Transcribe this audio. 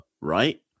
right